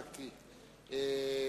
לדבר.